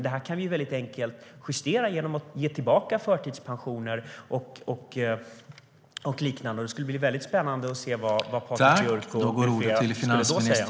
Det kan ni dock enkelt justera genom att ge tillbaka förtidspensioner och liknande. Det vore spännande att höra vad Patrik Björck med flera skulle säga då.